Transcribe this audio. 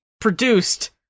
produced